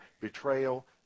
betrayal